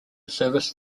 service